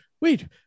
wait